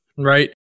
Right